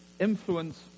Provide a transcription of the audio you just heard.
influence